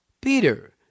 Peter